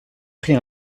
pris